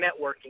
networking